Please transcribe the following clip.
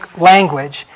language